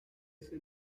ese